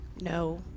No